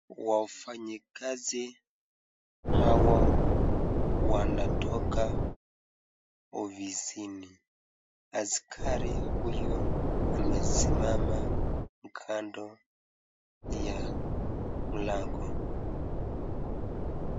Wafanyakazi hawa wanatoka ofisini askari huyu amesimama kando ya mlango.